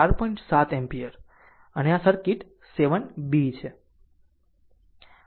7 a 7 a અને આ circuit 7 b છે